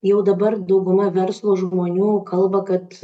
jau dabar dauguma verslo žmonių kalba kad